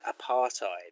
apartheid